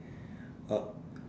uh